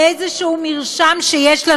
לאיזה מרשם שיש לה,